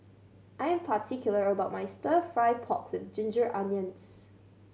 I'm particular about my Stir Fry pork with ginger onions